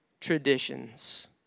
traditions